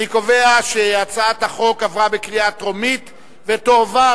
אני קובע שהצעת החוק עברה בקריאה טרומית ותועבר,